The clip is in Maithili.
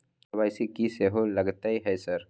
के.वाई.सी की सेहो लगतै है सर?